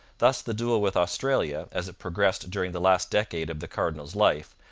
thus the duel with austria, as it progressed during the last decade of the cardinal's life,